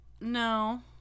No